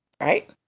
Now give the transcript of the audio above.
Right